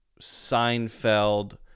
Seinfeld